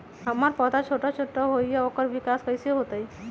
हमर पौधा छोटा छोटा होईया ओकर विकास कईसे होतई?